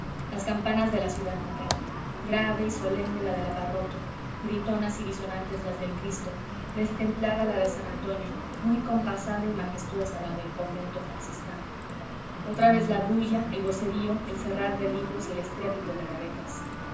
las campanas de la ciudad natal grave y solemne la de la parroquia gritonas y disonantes las del cristo destemplada la de san antonio muy compasada y majestuosa la del convento franciscano otra vez la bulla el vocerío el cerrar de libros y el estrépito de gavetas